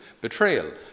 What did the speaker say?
betrayal